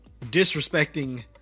disrespecting